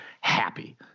happy